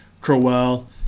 Crowell